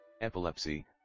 Epilepsy